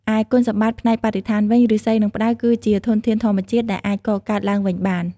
ឯគុណសម្បត្តិផ្នែកបរិស្ថានវិញ ឫស្សី និងផ្តៅគឺជា ធនធានធម្មជាតិ ដែលអាចកកើតឡើងវិញបាន។